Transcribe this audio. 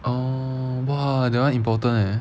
oh !wah! that [one] important eh